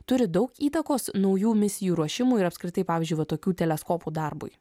turi daug įtakos naujų misijų ruošimui ir apskritai pavyzdžiui va tokių teleskopų darbui